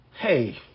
Hey